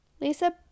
Lisa